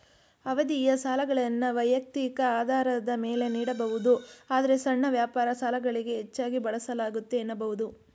ಅವಧಿಯ ಸಾಲಗಳನ್ನ ವೈಯಕ್ತಿಕ ಆಧಾರದ ಮೇಲೆ ನೀಡಬಹುದು ಆದ್ರೆ ಸಣ್ಣ ವ್ಯಾಪಾರ ಸಾಲಗಳಿಗೆ ಹೆಚ್ಚಾಗಿ ಬಳಸಲಾಗುತ್ತೆ ಎನ್ನಬಹುದು